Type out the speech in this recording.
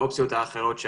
את